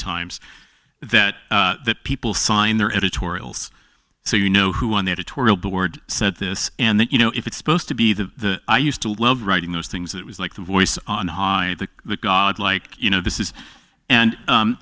times that that people sign their editorials so you know who on the editorial board said this and that you know if it's supposed to be the i used to love writing those things it was like the voice on the high of the the god like you know this is and